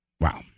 Wow